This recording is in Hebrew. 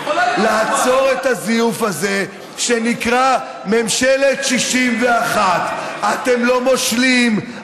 לעצור את הזיוף הזה שנקרא ממשלת 61. אתם לא מושלים,